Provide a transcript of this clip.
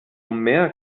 mehr